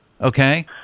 okay